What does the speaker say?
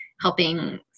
helping